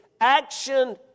action